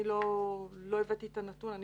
אני לא הבאתי את הנתון.